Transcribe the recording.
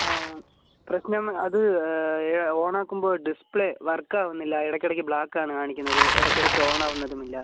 ആ പ്രശ്നം അത് ഓണ് ആക്കുമ്പോൾ ഡിസ്പ്ലേ വർക്ക് ആവുന്നില്ല ഇടയ്ക്കിടയ്ക്ക് ബ്ലാക്ക് ആണ് കാണിക്കുന്നത് ഇടയ്ക്കിടയ്ക്ക് ഓണ് ആവുന്നതും ഇല്ല